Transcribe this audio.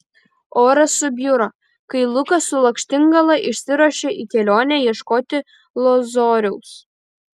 oras subjuro kai lukas su lakštingala išsiruošė į kelionę ieškoti lozoriaus